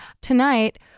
Tonight